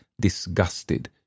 disgusted